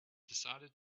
decided